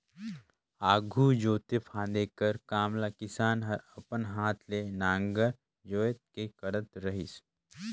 आघु जोते फादे कर काम ल किसान हर अपन हाथे मे नांगर जोएत के करत रहिस